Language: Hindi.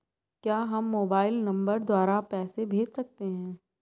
क्या हम मोबाइल नंबर द्वारा पैसे भेज सकते हैं?